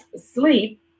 sleep